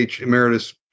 Emeritus